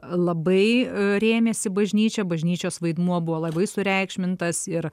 labai rėmėsi bažnyčia bažnyčios vaidmuo buvo labai sureikšmintas ir